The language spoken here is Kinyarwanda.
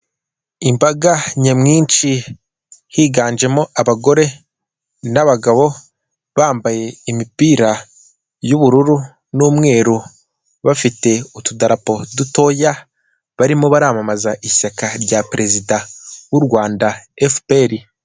Imbaga nyamwinshi higanjemo abagore n'abagabo, bambaye imipira y'ubururu n'umweru, bafite utudarapo dutoya, barimo baramamaza ishyaka rya perezida w'u Rwanda efuperi.